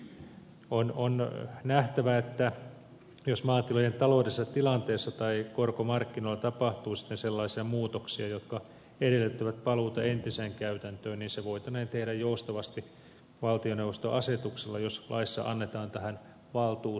on nähtävä että jos maatilojen ta loudellisessa tilanteessa tai korkomarkkinoilla tapahtuu sitten sellaisia muutoksia jotka edellyttävät paluuta entiseen käytäntöön niin se voitaneen tehdä joustavasti valtioneuvoston asetuksella jos laissa annetaan tähän valtuus